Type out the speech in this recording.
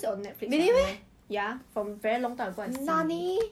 oh you know the the voice right like the voice